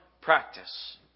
practice